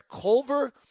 Culver